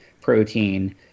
protein